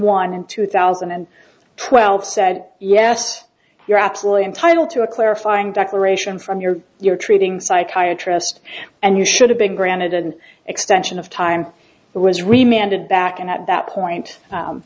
one in two thousand and twelve said yes you're absolutely entitled to a clarifying declaration from your you're treating psychiatry just and you should have been granted an extension of time was reminded back and at that point